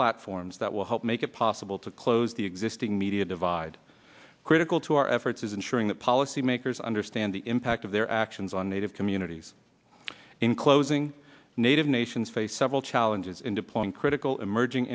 platforms that will help make it possible to close the existing media divide critical to our efforts is ensuring that policymakers understand the impact of their actions on native communities in closing native nations face several challenges in deploying critical emerging